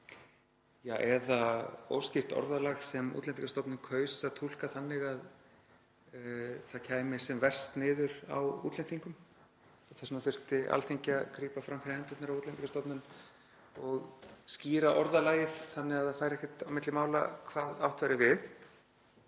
eða óskýrt orðalag sem Útlendingastofnun kaus að túlka þannig að það kæmi sem verst niður á útlendingum. Þess vegna þurfti Alþingi að grípa fram fyrir hendurnar á Útlendingastofnun og skýra orðalagið þannig að það færi ekkert á milli mála hvað átt væri við.